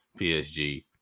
PSG